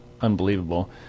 unbelievable